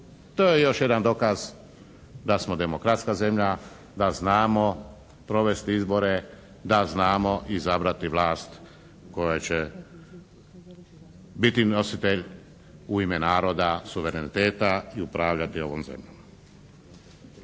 To je još jedan dokaz da smo demokratska zemlja, da znamo provesti izbore, da znamo izabrati vlasti kojoj će biti nositelj u ime naroda suvereniteta i upravljati ovom zemljom.